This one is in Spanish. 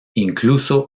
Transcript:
incluso